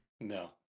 No